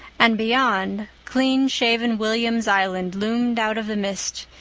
and beyond, clean shaven william's island loomed out of the mist,